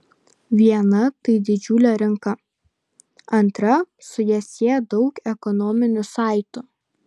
viena tai didžiulė rinka antra su ja sieja daug ekonominių saitų